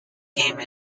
came